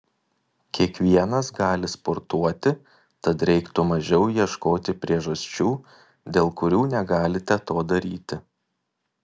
kiekvienas gali sportuoti tad reiktų mažiau ieškoti priežasčių dėl kurių negalite to daryti